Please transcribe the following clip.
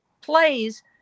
plays